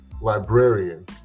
librarian